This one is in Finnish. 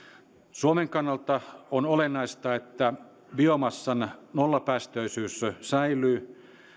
suomen kannalta on olennaista että biomassan nollapäästöisyys säilyy